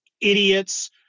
idiots